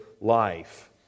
life